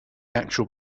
actual